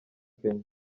kenya